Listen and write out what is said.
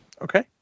okay